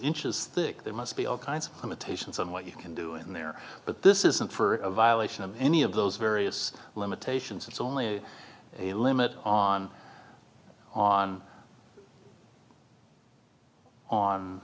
inches thick there must be all kinds of limitations on what you can do in there but this isn't for violation of any of those various limitations it's only a limit on on on